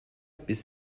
biss